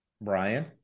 Brian